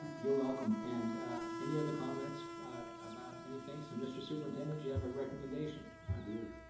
you're welcome, and any other comments about anything? so, mr. superintendent, do you have a recommendation? i do.